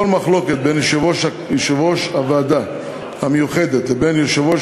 כל מחלוקת בין יושב-ראש הוועדה המיוחדת לבין יושב-ראש